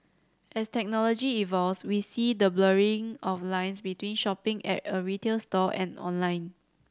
as technology evolves we see the blurring of lines between shopping at a retail store and online